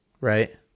right